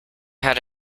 had